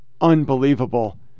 unbelievable